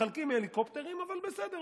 מחלקים מהליקופטרים, אבל בסדר.